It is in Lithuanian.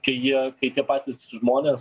kai jie kai tie patys žmonės